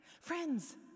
Friends